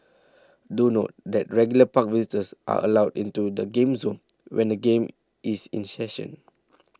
do note that regular park visitors are allowed into the game zone when a game is in session